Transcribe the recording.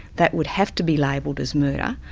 that would have to be labelled as murder.